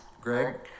Greg